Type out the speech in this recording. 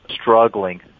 struggling